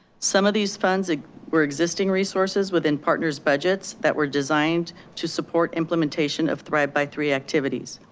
some of these funds ah were existing resources within partner's budgets that were designed to support implementation of thrive by three activities.